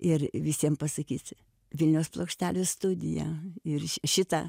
ir visiem pasakyti vilniaus plokštelių studija ir šitą